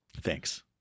Thanks